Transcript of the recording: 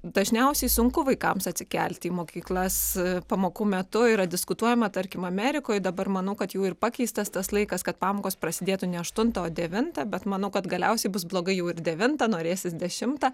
dažniausiai sunku vaikams atsikelti į mokyklas pamokų metu yra diskutuojama tarkim amerikoj dabar manau kad jau ir pakeistas tas laikas kad pamokos prasidėtų ne aštuntą o devintą bet manau kad galiausiai bus blogai jau ir devintą norėsis dešimtą